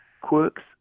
quirks